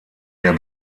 der